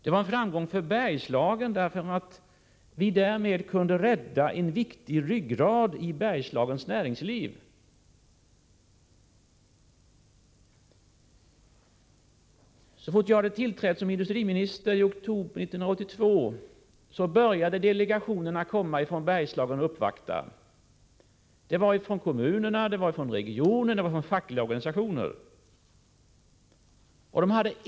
Det var även en framgång för Bergslagen, därför att vi därmed kunde rädda ryggraden i Bergslagens näringsliv. Så snart jag hade tillträtt som industriminister i oktober 1982 började delegationerna från Bergslagen uppvakta mig. Det var folk från kommunerna, från regionen och från fackliga organisationer.